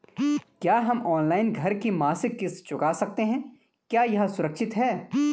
क्या हम ऑनलाइन घर की मासिक किश्त चुका सकते हैं क्या यह सुरक्षित है?